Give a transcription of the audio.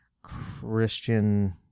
Christian